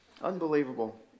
Unbelievable